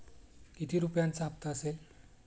किती रुपयांचा हप्ता असेल?